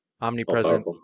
omnipresent